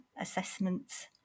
assessments